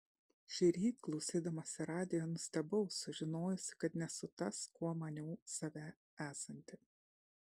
šįryt klausydamasi radijo nustebau sužinojusi kad nesu tas kuo maniau save esanti